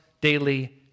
daily